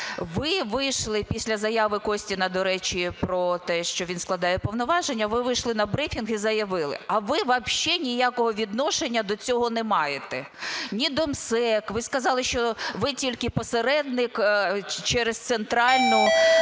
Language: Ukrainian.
ви вийшли після заяви Костіна, до речі, про те, що він складає повноваження, ви вийшли на брифінг і заявили, а ви вообще ніякого відношення до цього не маєте, ні до МСЕК, ви сказали, що ви тільки посередник через центральну